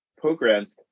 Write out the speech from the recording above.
programs